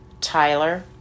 Tyler